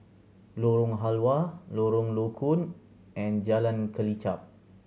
Lorong Halwa Lorong Low Koon and Jalan Kelichap